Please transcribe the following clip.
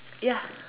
ya